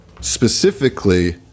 specifically